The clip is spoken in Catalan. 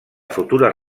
futures